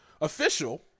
official